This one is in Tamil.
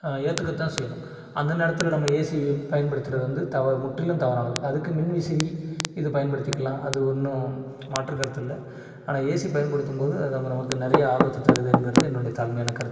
ஏற்றுக்கத்தான் செய்யணும் அந்த நேரத்தில் நம்ம ஏசியை பயன்படுத்துகிறது வந்து தவறு முற்றிலும் தவறானது அதுக்கு மின்விசிறி இதை பயன்படுத்திக்கலாம் அது ஒன்றும் மாற்றுக் கருத்து இல்லை ஆனா ஏசி பயன்படுத்தும் போது அது நம நமக்கு நிறையா ஆபத்து தருது என்பது என்னுடைய தாழ்மையான கருத்து